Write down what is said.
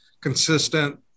consistent